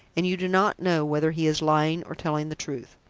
and you do not know whether he is lying or telling the truth.